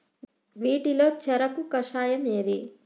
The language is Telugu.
వీటిలో చెరకు కషాయం ఏది?